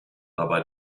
dabei